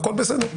הכול בסדר.